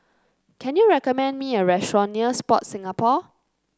can you recommend me a restaurant near Sport Singapore